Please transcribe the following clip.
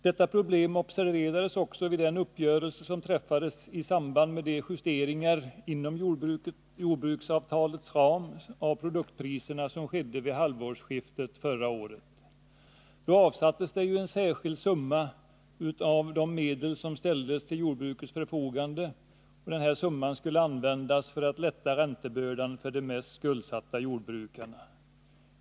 Detta problem observerades också vid den uppgörelse som träffades i samband med de justeringar inom jordbruksavtalets ram av produktpriserna som skett vid halvårsskiftet förra året. Av de medel som ställdes till jordbrukets förfogande avsattes då en särskild summa som skulle användas för att lätta räntebördan för de mest skuldsatta jordbrukarna.